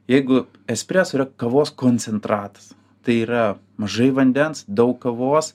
jeigu espreso yra kavos koncentratas tai yra mažai vandens daug kavos